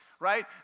right